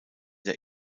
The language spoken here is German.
der